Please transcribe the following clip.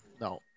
no